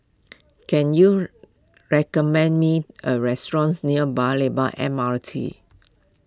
can you recommend me a restaurants near Paya Lebar M R T